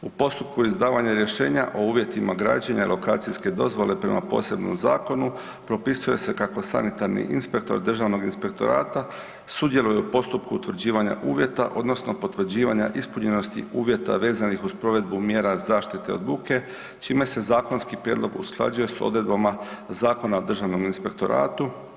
U postupku izdavanja rješenja o uvjetima građenja i lokacijske dozvole prema posebnom zakonu propisuje se kako sanitarni inspektor Državnog inspektorata sudjeluje u postupku utvrđivanja uvjeta odnosno potvrđivanja ispunjenosti vezanih uz provedbu mjera zaštite od buke čime se zakonski prijedlog usklađuje s odredbama Zakona o Državnom inspektoratu.